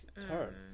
turn